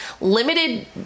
limited